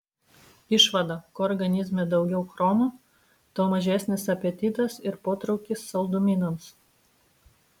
išvada kuo organizme daugiau chromo tuo mažesnis apetitas ir potraukis saldumynams